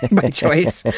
and by choice.